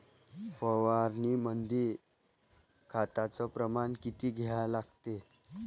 फवारनीमंदी खताचं प्रमान किती घ्या लागते?